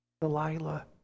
Delilah